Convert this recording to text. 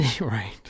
Right